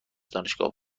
دانشکده